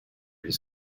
his